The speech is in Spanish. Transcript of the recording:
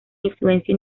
influencia